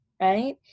right